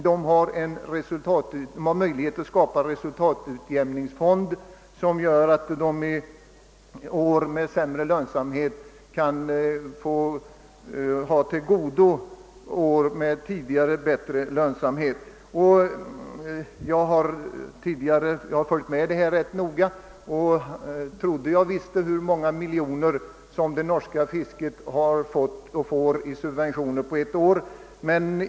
De norska fiskarna har också möjlighet att skapa en resultatutjämningsfond som gör att de under år med sämre lönsamhet kan tillgodoräkna sig inkomster under år med bättre lönsamhet. Jag har ganska noga följt dessa frågor och trodde att jag visste hur många miljoner kronor det norska fisket får i subventioner per år.